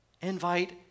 invite